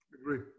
Agree